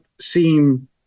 seem